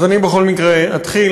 אז אני בכל מקרה אתחיל.